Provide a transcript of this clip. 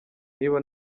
niba